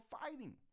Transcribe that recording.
fighting